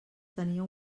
tenia